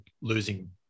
losing